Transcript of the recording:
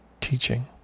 teaching